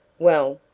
well,